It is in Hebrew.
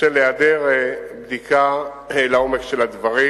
ובשל היעדר בדיקה לעומק של הדברים.